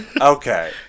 Okay